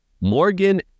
Morgan